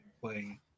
playing